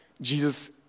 Jesus